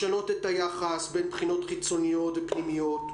לשנות את היחס בין בחינות חיצוניות ופנימיות,